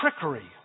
trickery